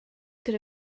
could